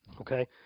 Okay